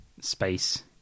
space